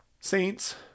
Saints